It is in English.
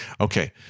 Okay